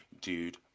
dude